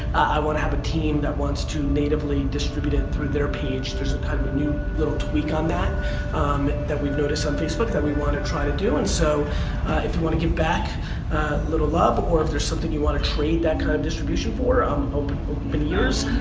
want to have a team that wants to natively distribute it through their page. there's kind of a new little tweak on that um that we've noticed on facebook that we want to try and do and so if you want to give back a little love or if there's something you want to trade that kind of distribution for i'm open open ears.